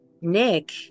Nick